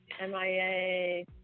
MIA